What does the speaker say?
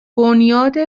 بنیاد